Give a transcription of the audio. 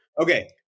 Okay